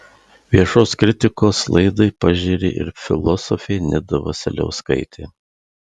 viešos kritikos laidai pažėrė ir filosofė nida vasiliauskaitė